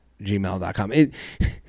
gmail.com